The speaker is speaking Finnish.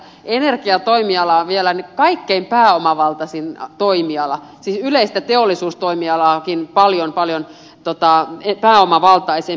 energiatoimiala on vielä kaikkein pääomavaltaisin toimiala siis yleistä teollisuustoimialaakin paljon paljon pääomavaltaisempi